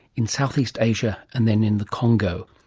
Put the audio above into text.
in southeast asia and then in the congo.